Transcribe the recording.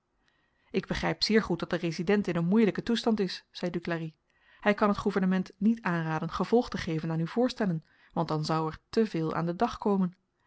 ik begryp zeer goed dat de resident in een moeielyken toestand is zei duclari hy kan t gouvernement niet aanraden gevolg te geven aan uw voorstellen want dan zou er te veel aan den dag komen